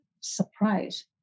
surprise